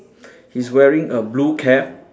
he's wearing a blue cap